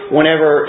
Whenever